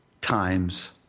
times